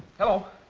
hello!